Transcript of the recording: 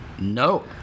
no